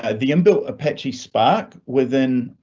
and the in built apache spark within